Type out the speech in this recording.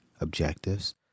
objectives